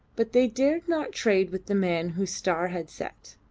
but they dared not trade with the man whose star had set.